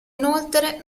inoltre